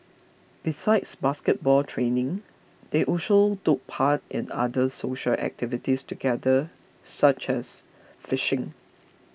besides basketball training they also took part in other social activities together such as fishing